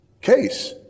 case